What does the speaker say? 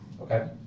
Okay